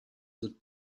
sind